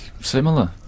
similar